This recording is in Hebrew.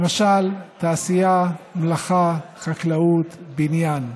למשל תעשייה, מלאכה, חקלאות, בניין.